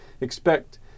expect